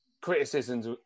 criticisms